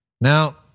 Now